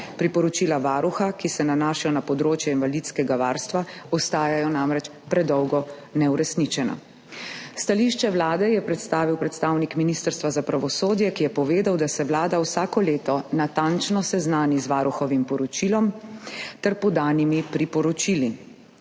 Priporočila Varuha, ki se nanašajo na področje invalidskega varstva, ostajajo namreč predolgo neuresničena. Stališče Vlade je predstavil predstavnik Ministrstva za pravosodje, ki je povedal, da se Vlada vsako leto natančno seznani z varuhovim poročilom ter podanimi priporočili.